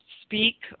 speak